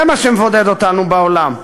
זה מה שמבודד אותנו בעולם.